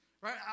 right